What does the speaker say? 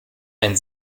ein